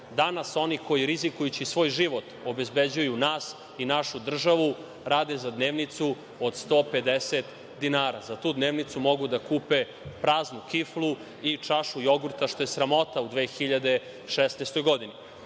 Danas oni koji rizikujući svoj život obezbeđuju nas i našu državu, rade za dnevnicu od 150 dinara. Za tu dnevnicu mogu da kupe praznu kiflu i čašu jogurta, što je sramota u 2016. godini. Dve